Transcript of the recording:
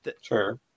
Sure